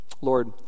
lord